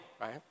right